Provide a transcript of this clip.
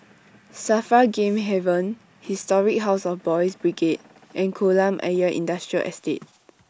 Safar Game Haven Historic House of Boys' Brigade and Kolam Ayer Industrial Estate